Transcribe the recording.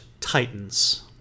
Titans